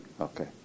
Okay